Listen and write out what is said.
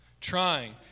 trying